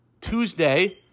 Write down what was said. Tuesday